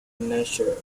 nature